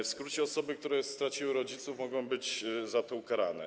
W skrócie: osoby, które straciły rodziców, mogą być za to ukarane.